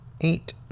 eight